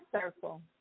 circle